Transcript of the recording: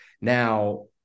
Now